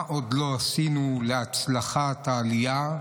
מה עוד לא עשינו להצלחת העלייה,